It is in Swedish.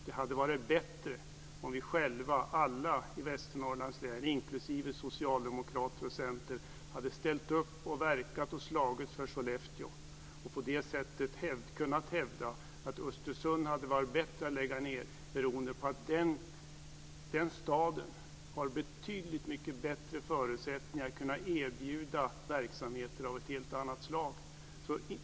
Det hade varit bättre om vi själva, alla i Västernorrlands län inklusive socialdemokrater och centerpartister, hade ställt upp för, verkat för och slagits för Sollefteå och på det sättet kunnat hävda att det hade varit bättre att lägga ned förbanden i Östersund beroende på att den staden har betydligt mycket bättre förutsättningar att kunna erbjuda verksamheter av ett helt annat slag.